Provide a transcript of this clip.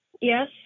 Yes